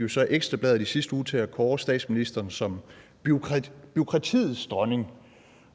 jo så Ekstra Bladet i sidste uge til at kåre statsministeren som bureaukratiets dronning,